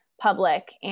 public